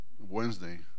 Wednesday